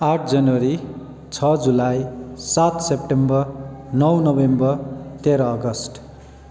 आठ जनवरी छ जुलाई सात सेप्टेम्बर नौ नोभेम्बर तेह्र अगस्ट